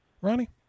Ronnie